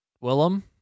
Willem